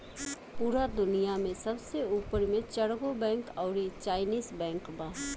पूरा दुनिया में सबसे ऊपर मे चरगो बैंक अउरी चाइनीस बैंक बा